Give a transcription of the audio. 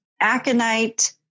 aconite